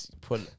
put